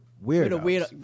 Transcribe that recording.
Weird